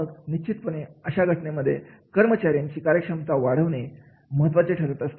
मग निश्चितपणे अशा घटनेमध्ये कर्मचाऱ्यांची कार्यक्षमता वाढवणे महत्त्वाचे ठरत असते